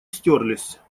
стёрлись